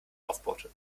aufbohrte